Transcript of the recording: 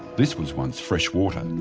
this was once fresh water.